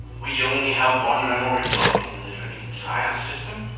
we only have one memory block in the entire system,